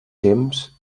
temps